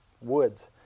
woods